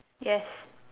yes